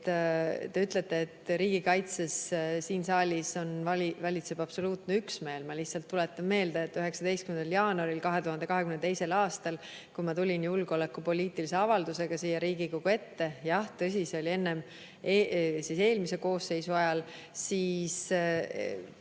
Te ütlete, et riigikaitses siin saalis valitseb absoluutne üksmeel. Ma lihtsalt tuletan meelde, et 19. jaanuaril 2022. aastal, kui ma tulin julgeolekupoliitilise avaldusega siia Riigikogu ette – jah, tõsi, see oli eelmise koosseisu ajal –, siis